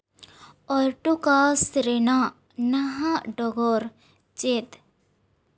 ᱚᱨᱴᱟᱠᱟᱥ ᱨᱮᱱᱟᱜ ᱱᱟᱦᱟᱜ ᱰᱚᱜᱚᱨ ᱪᱮᱫ